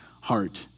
heart